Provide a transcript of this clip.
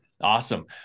Awesome